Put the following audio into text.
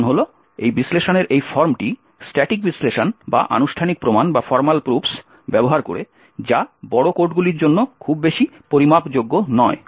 কারণ হল এই বিশ্লেষণের এই ফর্মটি স্ট্যাটিক বিশ্লেষণ বা আনুষ্ঠানিক প্রমাণ ব্যবহার করে যা বড় কোডগুলির জন্য খুব বেশি পরিমাপযোগ্য নয়